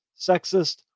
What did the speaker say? sexist